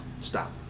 Stop